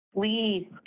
Please